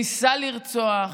ניסה לרצוח,